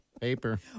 paper